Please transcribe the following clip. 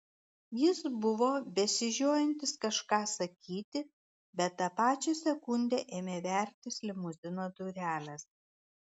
jis buvo besižiojantis kažką sakyti bet tą pačią sekundę ėmė vertis limuzino durelės